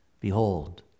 behold